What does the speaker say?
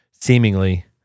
seemingly